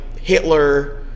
Hitler